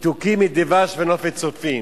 "מתוקים מדבש ונפת צופים",